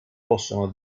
possono